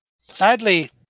Sadly